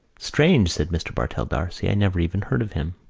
strange, said mr. bartell d'arcy. i never even heard of him.